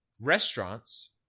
restaurants